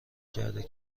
کرد